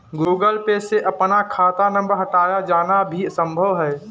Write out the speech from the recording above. Google Pay से अपना खाता नंबर हटाया जाना भी संभव है